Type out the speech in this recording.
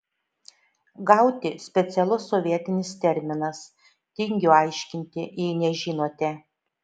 gauti specialus sovietinis terminas tingiu aiškinti jei nežinote